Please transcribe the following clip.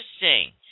interesting